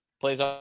plays